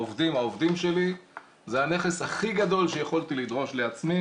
העובדים שלי זה הנכס הכי גדול שיכולתי לבקש לעצמי,